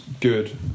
good